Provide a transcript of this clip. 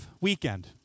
weekend